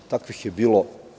Takvih je bilo.